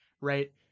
right